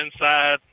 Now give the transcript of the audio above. inside